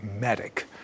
medic